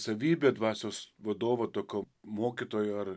savybė dvasios vadovo tokio mokytojo ar